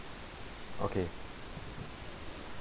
okay